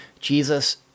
Jesus